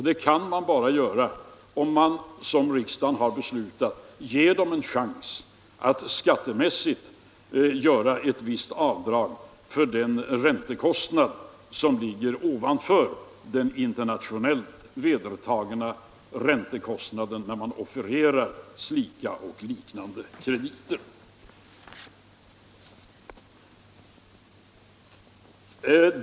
Detta kan man bara göra om man, som riksdagen har beslutat, ger företagen en chans att skattemässigt göra ett avdrag för den räntekostnad som ligger ovanför den internationellt vedertagna räntenivån när man offererar slika och liknande krediter.